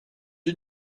you